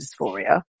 dysphoria